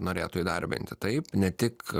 norėtų įdarbinti taip ne tik